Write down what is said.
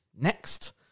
next